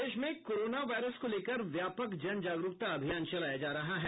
प्रदेश में corona virus को लेकर व्यापक जन जागरूकता अभियान चलाया जा रहा है